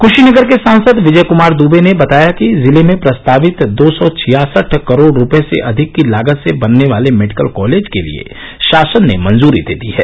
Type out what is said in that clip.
क्शीनगर के सांसद विजय क्मार दुबे ने बताया कि जिले में प्रस्तावित दो सौ छियासठ करोड़ रुपये से अधिक की लागत से बनने वाले मेडिकल कॉलेज के लिए शासन ने मंजूरी दे दी है